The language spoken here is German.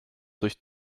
durch